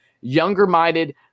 younger-minded